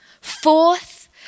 Fourth